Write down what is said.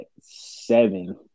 seven